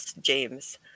James